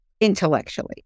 Intellectually